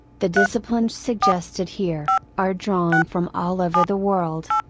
the disciplines suggested here, are drawn from all over the world.